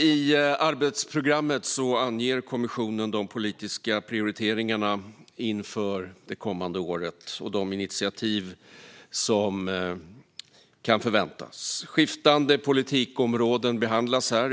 I arbetsprogrammet anger kommissionen de politiska prioriteringarna inför det kommande året och de initiativ som kan förväntas. Skiftande politikområden behandlas här.